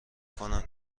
کنند